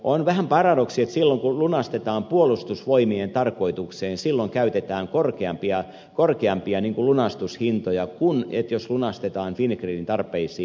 on vähän paradoksi että silloin kun lunastetaan puolustusvoimien tarkoitukseen käytetään korkeampia lunastushintoja kuin jos lunastetaan fingridin tarpeisiin